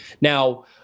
Now